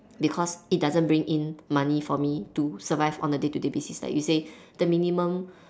because it doesn't bring in money for me to survive on a day to day basis like you say the minimum